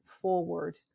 forward